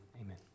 Amen